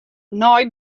nei